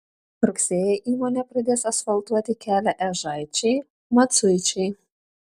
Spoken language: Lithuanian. rugsėjį įmonė pradės asfaltuoti kelią ežaičiai maciuičiai